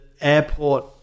airport